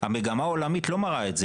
המגמה העולמית לא מראה את זה,